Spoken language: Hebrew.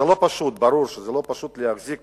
זה לא פשוט, ברור שזה לא פשוט להחזיק